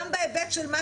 גם בהיבט של מה